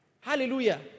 Hallelujah